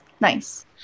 nice